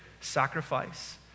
sacrifice